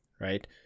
right